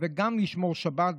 וגם לשמור שבת,